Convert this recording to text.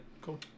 Cool